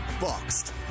Boxed